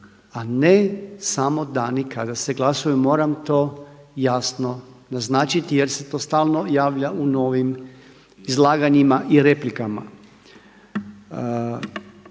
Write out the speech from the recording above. a ne samo dani kada se glasuju, moram to jasno naznačiti jer se to stalno javlja u novim izlaganjima i replikama.